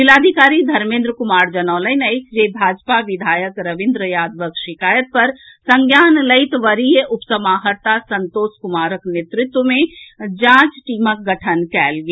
जिलाधिकारी धर्मेन्द्र कुमार जनौलनि अछि जे भाजपा विधायक रविन्द्र यादवक शिकायत पर संज्ञान लैते वरीय उपसमाहर्ता संतोष कुमारक नेतृत्व में जांच टीमक गठन कयल गेल